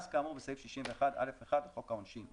כאמור בסעיף 61(א)(1) לחוק העונשין.